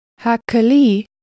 Hakali